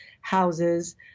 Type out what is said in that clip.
houses